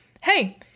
hey